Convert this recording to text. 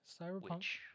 Cyberpunk